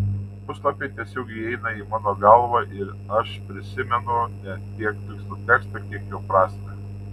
puslapiai tiesiog įeina į mano galvą ir aš prisimenu ne tiek tikslų tekstą kiek jo prasmę